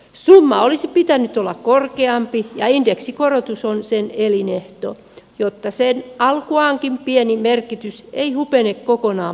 summan olisi pitänyt olla korkeampi ja indeksikorotus on sen elinehto jotta sen alkuaankin pieni merkitys ei hupene kokonaan parissa vuodessa